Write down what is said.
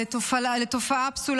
לתופעה פסול,